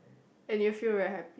and you'll feel very happy